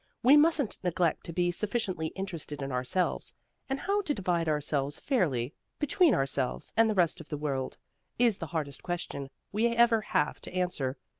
we mustn't neglect to be sufficiently interested in ourselves and how to divide ourselves fairly between ourselves and the rest of the world is the hardest question we ever have to answer.